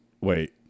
Wait